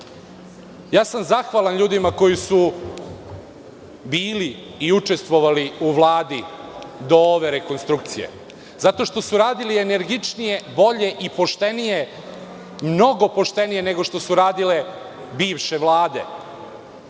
znanja. Zahvalan sam ljudima koji su bili i učestvovali u Vladi do ove rekonstrukcije zato što su radili energičnije, bolje i poštenije, mnogo poštenije nego što su radile bivše Vlade.